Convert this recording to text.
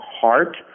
heart